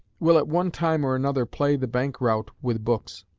will at one time or another play the bank-rowte with books,